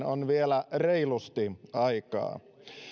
on vielä reilusti aikaa